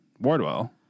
Wardwell